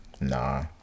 nah